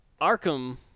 Arkham